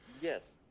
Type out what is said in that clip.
yes